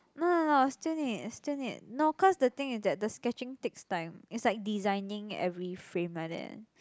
no no no still need still need no cause the thing is that the sketching takes time is like designing every frame like that